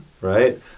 right